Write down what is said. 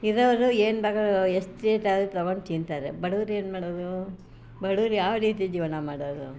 ಇರೋರು ಏನು ಎಷ್ಟು ರೇಟ್ ಆದರೂ ತಗೊಂಡು ತಿಂತಾರೆ ಬಡವ್ರು ಏನು ಮಾಡೋದು ಬಡವ್ರು ಯಾವರೀತಿ ಜೀವನ ಮಾಡೋದು